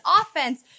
offense